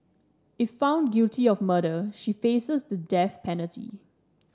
if found guilty of murder she faces the death penalty